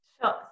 Sure